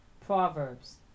Proverbs